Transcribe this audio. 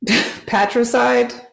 Patricide